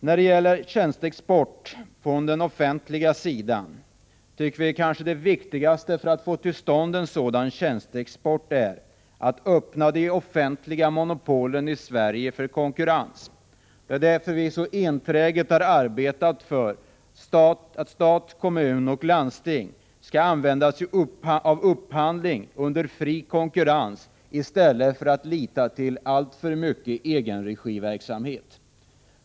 När det gäller tjänsteexport från den offentliga sidan tycker vi kanske att det viktigaste för att få till stånd en sådan tjänsteexport är att öppna det offentliga monopolet i Sverige för konkurrens. Det är därför som vi så enträget har arbetat för att stat, kommun och landsting skall använda sig av upphandling under fri konkurrens i stället för att lita till alltför mycket egenregiverksamhet.